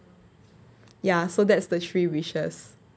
ya so that's the three wishes